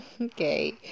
Okay